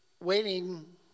waiting